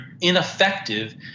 ineffective